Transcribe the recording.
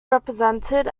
represented